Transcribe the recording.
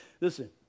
Listen